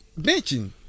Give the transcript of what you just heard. benching